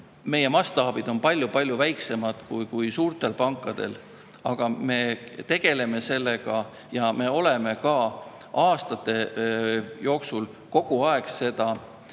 Meie mastaabid on palju väiksemad kui suurtel pankadel. Aga me tegeleme sellega ja me oleme ka aastate jooksul selle